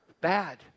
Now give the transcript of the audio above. bad